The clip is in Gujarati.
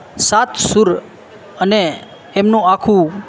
સાત સૂર અને એમનું આખું